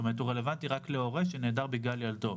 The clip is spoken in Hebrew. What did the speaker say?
הוא רלוונטי רק להורה שנעדר בגין ילדו,